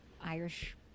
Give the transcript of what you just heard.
Irish